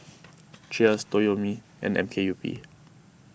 Cheers Toyomi and M K U P